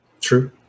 True